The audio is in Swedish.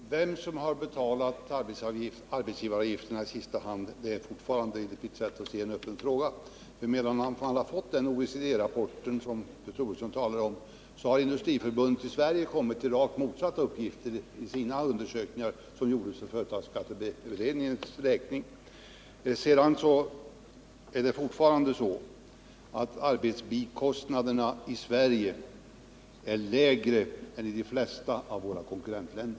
Herr talman! Vem som har betalat arbetsgivaravgifterna i sista hand är fortfarande, enligt mitt sätt att se, en öppen fråga. Man har fått den OECD-rapport som fru Troedsson talar om, och i Sverige har Industriförbundet kommit med rakt motsatta uppgifter efter sina undersökningar, som gjordes för företagsskatteberedningens räkning. Sedan är det fortfarande så , att arbetsbikostnaderna i Sverige är lägre än i de flesta av våra konkurrentländer.